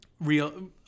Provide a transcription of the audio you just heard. real